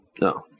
No